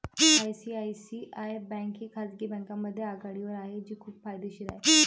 ICICI bank ही खाजगी बँकांमध्ये आघाडीवर आहे जी खूप फायदेशीर आहे